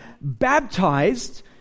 baptized